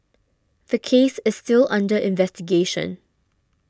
the case is still under investigation